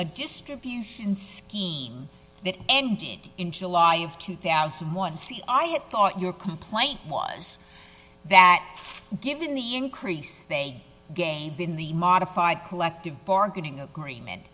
a distribution scheme that ended in july of two thousand and one see i had thought your complaint was that given the increase they gain in the modified collective bargaining agreement